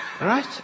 Right